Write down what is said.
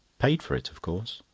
paid for it of course.